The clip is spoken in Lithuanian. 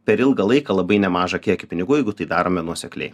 per ilgą laiką labai nemažą kiekį pinigų jeigu tai darome nuosekliai